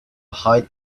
hide